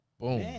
Boom